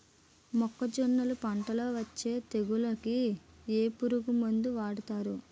మొక్కజొన్నలు పంట లొ వచ్చే తెగులకి ఏ పురుగు మందు వాడతారు?